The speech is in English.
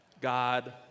God